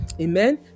Amen